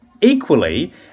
equally